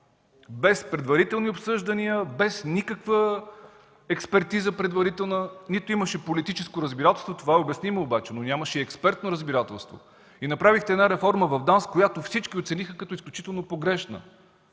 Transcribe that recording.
Без предварителни обсъждания, без никаква предварителна експертиза, нито имаше политическо разбирателство – това е обяснимо, обаче нямаше експертно разбирателство. Направихте една реформа в ДАНС, която всички оцениха като изключително погрешна.